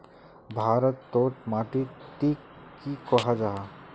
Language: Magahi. भारत तोत माटित टिक की कोहो जाहा?